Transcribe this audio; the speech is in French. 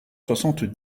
soixante